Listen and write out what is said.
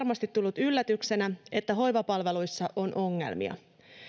varmasti tullut yllätyksenä että hoivapalveluissa on ongelmia